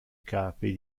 capi